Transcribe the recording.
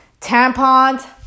Tampons